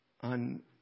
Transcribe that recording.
on